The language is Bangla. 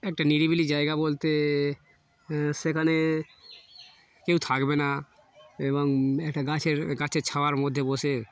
একটা নিরিবিলি জায়গা বলতে সেখানে কেউ থাকবে না এবং একটা গাছের গাছের ছাওয়ার মধ্যে বসে